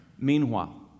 Meanwhile